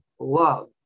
love